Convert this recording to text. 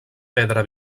pedra